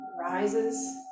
rises